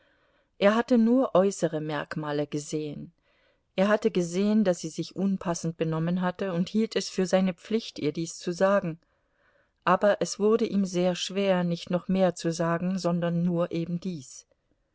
er hatte nur äußere merkmale gesehen er hatte gesehen daß sie sich unpassend benommen hatte und hielt es für seine pflicht ihr dies zu sagen aber es wurde ihm sehr schwer nicht noch mehr zu sagen sondern nur ebendies